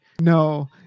No